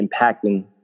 impacting